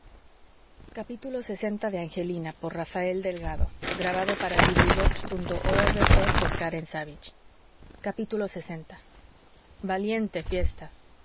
conciencia lx valiente fiesta